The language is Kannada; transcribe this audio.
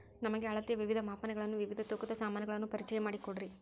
ನಮಗೆ ಅಳತೆಯ ವಿವಿಧ ಮಾಪನಗಳನ್ನು ವಿವಿಧ ತೂಕದ ಸಾಮಾನುಗಳನ್ನು ಪರಿಚಯ ಮಾಡಿಕೊಡ್ರಿ?